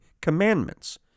Commandments